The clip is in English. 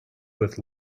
with